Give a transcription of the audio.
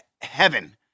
heaven